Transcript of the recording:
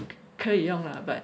可以用 lah but